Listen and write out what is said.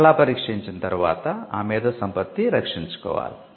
అలా పరీక్షించిన తరువాత ఆ మేధో సంపత్తి రక్షించుకోవాలి